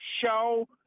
show